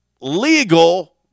Legal